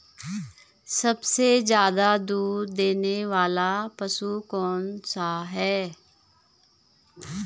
सबसे ज़्यादा दूध देने वाला पशु कौन सा है?